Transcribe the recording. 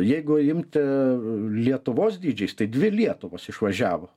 jeigu imti lietuvos dydžiais tai dvi lietuvos išvažiavo